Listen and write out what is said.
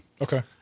Okay